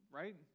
right